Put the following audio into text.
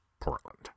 Portland